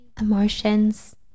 emotions